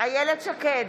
איילת שקד,